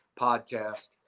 podcast